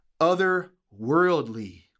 otherworldly